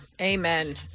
Amen